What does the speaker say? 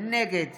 נגד